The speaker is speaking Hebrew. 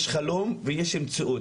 יש חלום ויש מציאות,